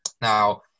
Now